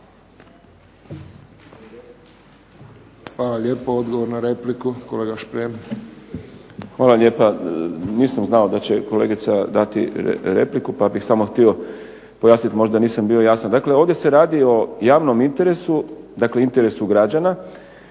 Hvala lijepo. Odgovor na repliku, kolega Šprem. **Šprem, Boris (SDP)** Hvala lijepa. Nisam znao da će kolegica dati repliku, pa bih samo htio pojasniti možda nisam bio jasan. Dakle, ovdje se radi o javnom interesu, dakle interesu građana